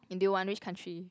and do you want which country